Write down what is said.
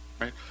right